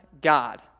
God